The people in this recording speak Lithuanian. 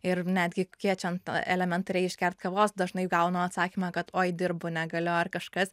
ir netgi kviečiant elementariai išgert kavos dažnai gaunu atsakymą kad oi dirbu negaliu ar kažkas